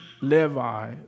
Levi